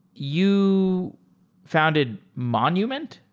you founded monument,